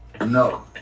No